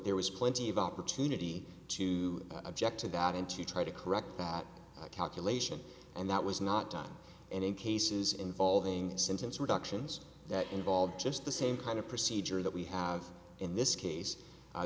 there was plenty of opportunity to object to god and to try to correct that calculation and that was not done and in cases involving sentence reductions that involve just the same kind of procedure that we have in this case